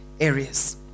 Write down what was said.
areas